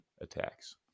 attacks